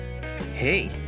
Hey